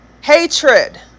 hatred